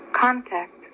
contact